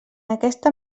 aquesta